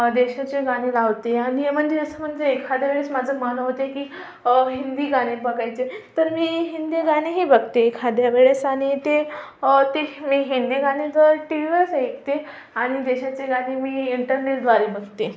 देशाचे गाणी लावते आणि म्हणजे असं म्हणजे एखाद्यावेळेस माझं मन होते की हिंदी गाणी बघायचे तर मी हिंदी गाणीही बघते एखाद्या वेळेस आणि ते ते मी हिंदी गाणी तर टीव्हीवरच ऐकते आणि देशाचे गाणी मी इंटरनेटद्वारे बघते